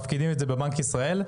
מפקידים את זה בבנק ישראל,